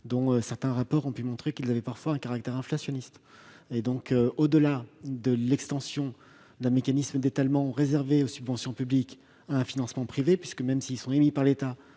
dont certains rapports ont pu montrer qu'ils présentaient parfois un caractère inflationniste. Au-delà de l'extension d'un mécanisme d'étalement réservé aux subventions publiques à un financement privé- même s'ils sont émis par l'État,